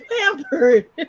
pampered